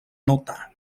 nota